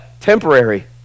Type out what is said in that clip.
temporary